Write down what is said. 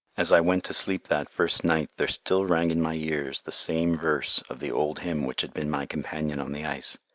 as i went to sleep that first night there still rang in my ears the same verse of the old hymn which had been my companion on the ice,